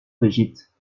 brigitte